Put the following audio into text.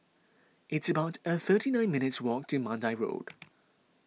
it's about a thirty nine minutes' walk to Mandai Road